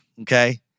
okay